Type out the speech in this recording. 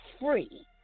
free